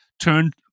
turned